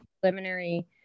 preliminary